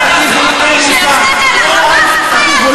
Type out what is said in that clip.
לך הביתה לעזה, סעדי.